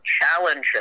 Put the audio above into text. challenges